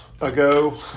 ago